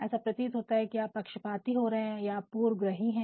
ऐसा प्रतीत होता है कि आप पक्षपाती हो रहे है आप पूर्वग्रही है